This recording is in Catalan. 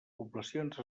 poblacions